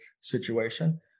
situation